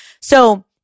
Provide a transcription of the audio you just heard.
So-